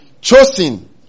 Chosen